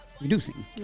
Reducing